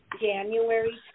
January